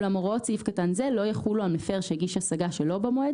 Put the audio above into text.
אולם הוראות סעיף קטן זה לא יחולו על מפר שהגיש השגה שלא במועד